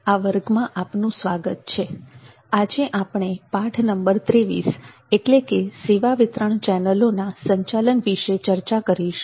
આજે આપણે પાઠ નંબર 23 એટ્લે કે સેવા વિતરણ ચેનલોના સંચાલન વિષે ચર્ચા કરીશું